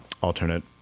alternate